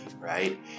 right